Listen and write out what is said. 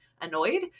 annoyed